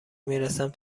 میرسم